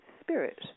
spirit